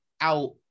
out